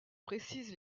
précise